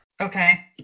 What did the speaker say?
okay